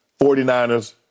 49ers